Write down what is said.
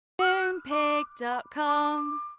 Moonpig.com